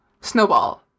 snowball